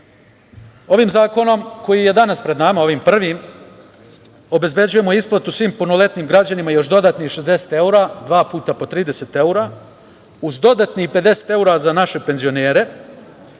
zakonom koji je danas pred nama, ovim prvim obezbeđujemo isplatu svim punoletnim građanima još dodatnih 60 evra, dva puta po 30 evra, uz dodatnih 50 evra za naše penzionere.